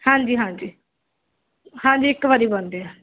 ਹਾਂਜੀ ਹਾਂਜੀ ਹਾਂਜੀ ਇੱਕ ਵਾਰ ਬਣਦੇ ਆ